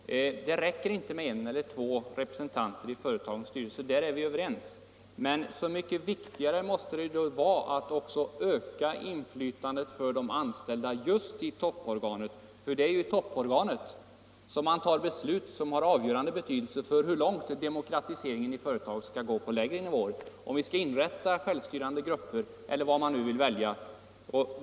Herr talman! Det räcker inte med en eller två representanter i företagens styrelser, därom är herr Sivert Andersson och jag överens. Men så mycket viktigare måste det ju då vara att också öka inflytandet för de anställda just i topporganet, för det är ju i topporganet som man fattar beslut som har avgörande betydelse för hur långt demokratiseringen i företaget skall gå på lägre nivåer —- om man skall inrätta självstyrande grupper eller vad man nu vill välja.